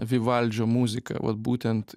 vivaldžio muzika vat būtent